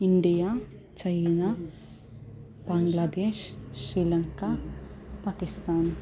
India China Bangladesh Sri Lanka Pakistan